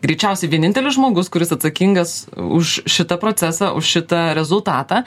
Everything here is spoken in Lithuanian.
greičiausiai vienintelis žmogus kuris atsakingas už šitą procesą už šitą rezultatą